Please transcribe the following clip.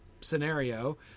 scenario